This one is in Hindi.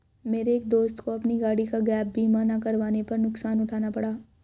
मेरे एक दोस्त को अपनी गाड़ी का गैप बीमा ना करवाने पर नुकसान उठाना पड़ा